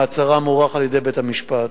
מעצרם הוארך על-ידי בית-המשפט.